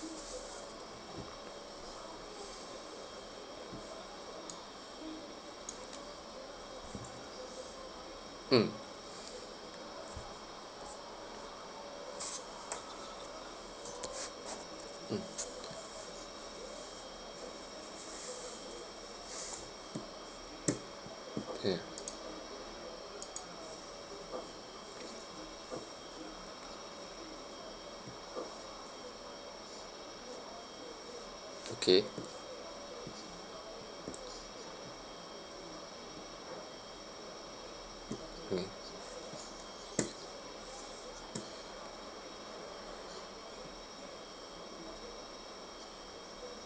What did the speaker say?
mm mm here ah okay mm